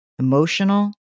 Emotional